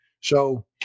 So-